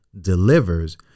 delivers